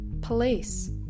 Police